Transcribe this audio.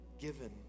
given